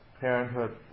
parenthood